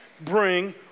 bring